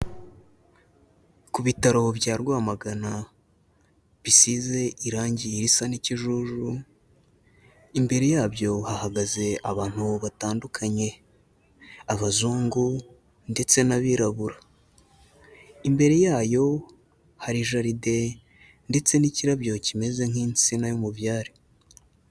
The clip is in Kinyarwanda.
Ku bitaro bya Rwamagana bisize irange risa n'ikijuju, imbere yabyo hahagaze abantu batandukanye abazungu ndetse n'abirabura, imbere yayo hari jaride ndetse n'ikirabyo kimeze nk'insina y'umubyare.